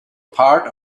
part